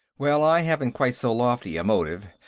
well, i haven't quite so lofty a motive,